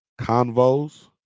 Convos